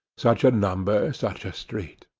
such a number, such a street.